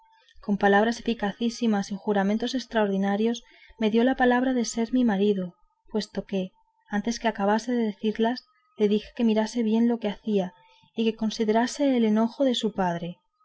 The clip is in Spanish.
con palabras eficacísimas y juramentos estraordinarios me dio la palabra de ser mi marido puesto que antes que acabase de decirlas le dije que mirase bien lo que hacía y que considerase el enojo que su padre